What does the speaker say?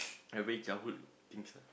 like very childhood things lah